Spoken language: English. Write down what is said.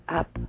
up